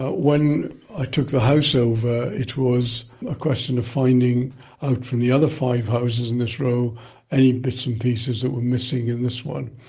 ah when i took the house over it was a question of finding out from the other five houses in this row any bits and pieces that were missing in this one.